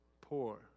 poor